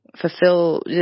fulfill